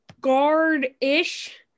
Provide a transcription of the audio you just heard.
guard-ish